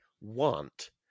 want